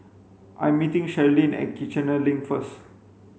I'm meeting Cherilyn at Kiichener Link first